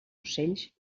ocells